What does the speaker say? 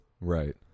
Right